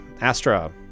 Astra